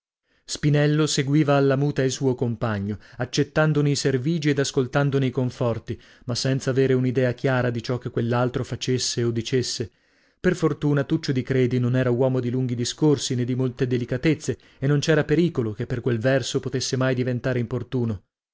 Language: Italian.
spinello seguiva alla muta il suo compagno accettandone i servigi ed ascoltandone i conforti ma senza avere un'idea chiara di ciò che quell'altro facesse o dicesse per fortuna tuccio di credi non era uomo di lunghi discorsi nè di molte delicatezze e non c'era pericolo che per quel verso potesse mai diventare importuno